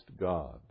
God